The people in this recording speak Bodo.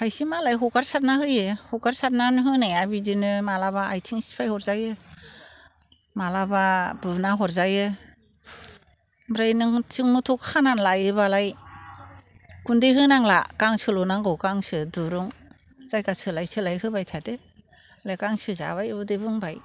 खायसे मालाय हगारसारना होयो हगारसारनानै होनाया बिदिनो माब्लाबा आथिं सिफाय हरजायो माब्लाबा बुना हरजायो ओमफ्राय नों थिग मथन' खाना लायोब्लालाय गुन्दै होनांला गांसोल' नांगौ गांसो दुरुं जायगा सोलाय सोलाय होबाय थादो मालाय गांसो जाबाय उदै बुंबाय